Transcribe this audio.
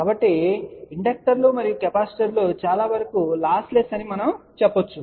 కాబట్టి ఇండక్టర్లు మరియు కెపాసిటర్లు చాలావరకు లాస్ లెస్ అని మనం చెప్పవచ్చు